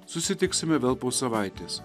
susitiksime vėl po savaitės